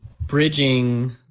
bridging